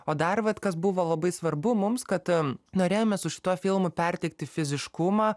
o dar vat kas buvo labai svarbu mums kad norėjome su šituo filmu perteikti fiziškumą